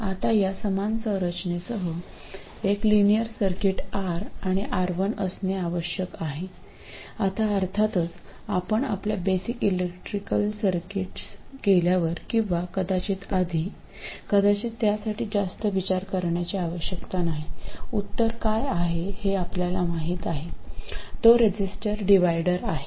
आता या समान संरचनेसह एक लिनियर सर्किट R आणि R1 असणे आवश्यक आहे आता अर्थातच आपण आपल्या बेसिक इलेक्ट्रिकल सर्किट्स केल्यावर किंवा कदाचित आधी कदाचित त्यासाठी जास्त विचार करण्याची आवश्यकता नाही उत्तर काय आहे हे आपल्याला माहित आहे तो रेझिस्टर डिव्हायडर आहे